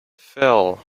fell